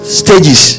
stages